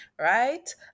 right